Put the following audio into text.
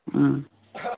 ꯎꯝ